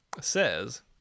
says